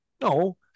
No